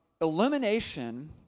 Illumination